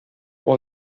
are